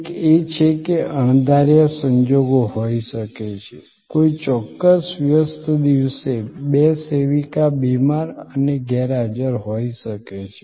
એક એ છે કે અણધાર્યા સંજોગો હોઈ શકે છે કોઈ ચોક્કસ વ્યસ્ત દિવસે બે સેવિકા બીમાર અને ગેરહાજર હોઈ શકે છે